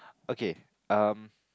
okay um